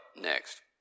next